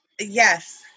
Yes